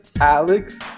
Alex